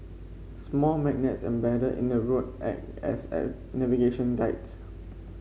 small magnets embedded in the road act as a navigation guides